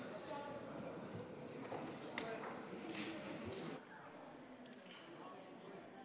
בבקשה, אדוני.